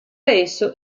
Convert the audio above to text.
esso